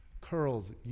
curls